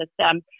system